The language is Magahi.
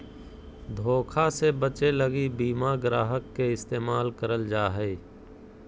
धोखा से बचे लगी बीमा ग्राहक के इस्तेमाल करल जा हय